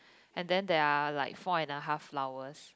and then there are like four and a half flower